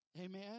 Amen